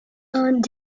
earned